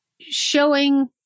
showing